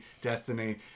Destiny